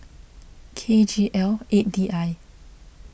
K G L eight D I